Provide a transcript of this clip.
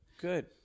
Good